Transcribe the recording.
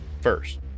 First